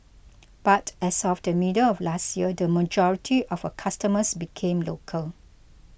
but as of the middle of last year the majority of her customers became local